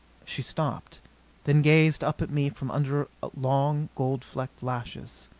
she stopped then gazed up at me from under long, gold flecked lashes.